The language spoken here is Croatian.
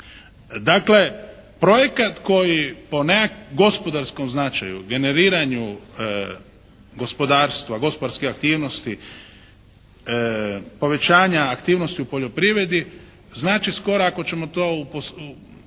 Dakle, projekat koji u nekakvom gospodarskom značaju, generiranju gospodarstva, gospodarskih aktivnosti, povećanja aktivnosti u poljoprivredi znači skoro ako ćemo to u,